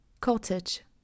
cottage